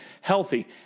healthy